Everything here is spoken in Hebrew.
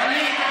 ווליד,